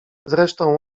zresztą